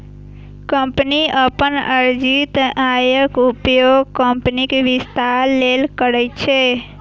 company अपन अर्जित आयक उपयोग कंपनीक विस्तार लेल करै छै